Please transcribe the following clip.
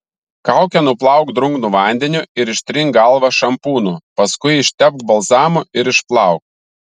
kaukę nuplauk drungnu vandeniu ir ištrink galvą šampūnu paskui ištepk balzamu ir išplauk